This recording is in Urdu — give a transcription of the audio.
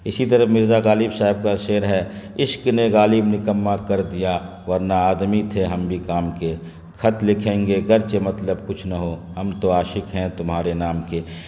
اسی طرح مرزا غالب شاحب کا شعر ہے عشق نے غالب نکما کر دیا ورنہ آدمی تھے ہم بھی کام کے خط لکھیں گے گرچہ مطلب کچھ نہ ہو ہم تو عاشق ہیں تمہارے نام کے